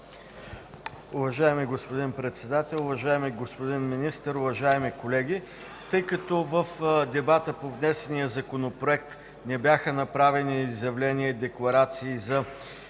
Уважаеми господин Председател, уважаеми господин Министър, уважаеми колеги! Тъй като в дебата по внесения законопроект не бяха направени изявления и декларации,